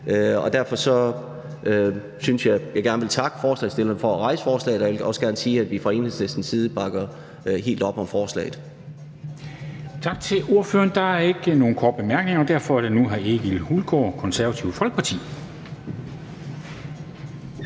Derfor vil jeg gerne takke forslagsstillerne for at rejse forslaget, og jeg vil også gerne sige, at vi fra Enhedslistens side bakker helt op om det. Kl. 14:00 Formanden (Henrik Dam Kristensen): Tak til ordføreren. Der er ikke nogen korte bemærkninger. Derfor er det nu hr. Egil Hulgaard, Konservative Folkeparti.